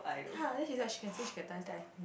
yea then she's like she can say she can dance then I